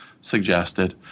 suggested